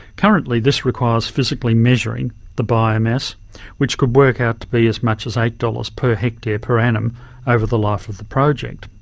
currently this requires physically measuring the biomass which could work out to be as much as eight dollars per hectare per annum over the life of the project.